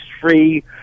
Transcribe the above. free